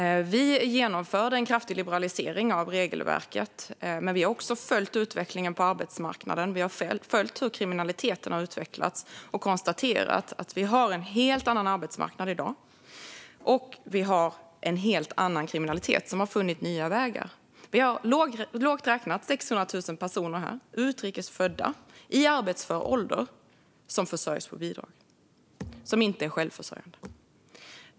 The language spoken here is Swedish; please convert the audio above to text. Vi genomförde en kraftig liberalisering av regelverket. Men vi har också följt utvecklingen på arbetsmarknaden, och vi har följt hur kriminaliteten har utvecklats. Vi har konstaterat att vi i dag har en helt annan arbetsmarknad, och vi har en helt annan kriminalitet som har funnit nya vägar. Vi har lågt räknat 600 000 utrikes födda personer här i arbetsför ålder som försörjs på bidrag och inte är självförsörjande.